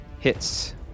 Hits